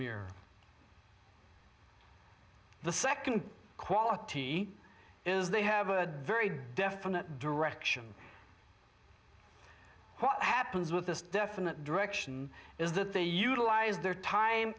mirror the second quality is they have a very definite direction what happens with this definite direction is that they utilize their time